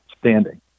standing